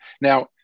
Now